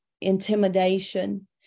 intimidation